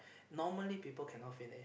normally people cannot finish